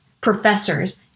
professors